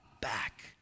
back